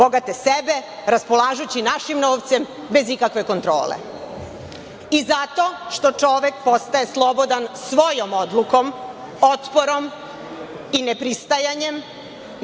bogate sebe raspolažući našim novcem bez ikakve kontrole. Zato što čovek postaje slobodan svojom odlukom, otporom i nepristajanjem